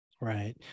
Right